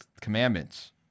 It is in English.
commandments